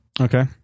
Okay